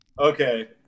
Okay